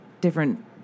different